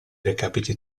recapiti